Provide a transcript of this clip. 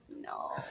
No